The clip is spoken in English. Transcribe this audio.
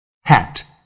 Hat